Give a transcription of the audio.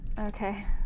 okay